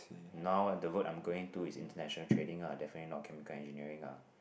now ah the work I'm going to is international trading ah definitely not chemical engineering ah